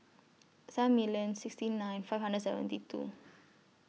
seven million sixty nine five hundred seventy two